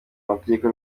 amategeko